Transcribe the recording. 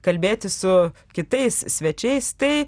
kalbėti su kitais svečiais tai